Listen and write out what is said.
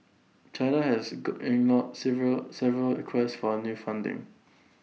China has good ignored several several requests for new funding